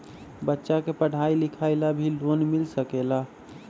बच्चा के पढ़ाई लिखाई ला भी लोन मिल सकेला?